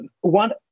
One